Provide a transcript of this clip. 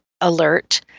alert